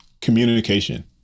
communication